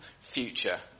future